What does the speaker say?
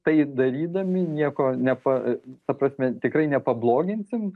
tai darydami nieko nepa ta prasme tikrai nepabloginsim